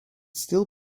still